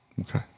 Okay